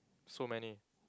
so many